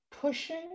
Pushing